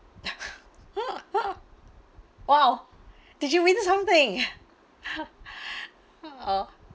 !wow! did you return something oh